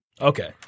Okay